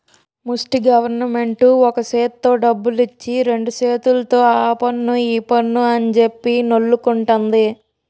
ముస్టి గవరమెంటు ఒక సేత్తో డబ్బులిచ్చి రెండు సేతుల్తో ఆపన్ను ఈపన్ను అంజెప్పి నొల్లుకుంటంది